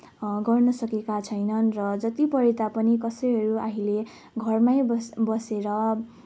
गर्न सकेका छैनन् र जति पढे तापनि कसैहरू अहिले घरमै बस बसेर